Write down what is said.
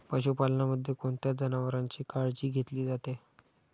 पशुपालनामध्ये कोणत्या जनावरांची काळजी घेतली जाते?